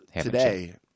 today